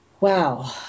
Wow